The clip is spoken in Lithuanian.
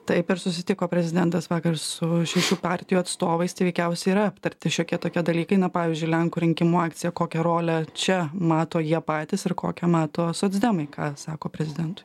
taip ir susitiko prezidentas vakar su šešių partijų atstovais tai veikiausia yra aptarti šiokie tokie dalykai na pavyzdžiui lenkų rinkimų akcija kokią rolę čia mato jie patys ir kokią mato socdemai ką sako prezidentui